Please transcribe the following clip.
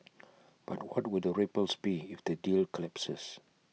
but what would the ripples be if the deal collapses